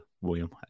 William